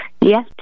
Yes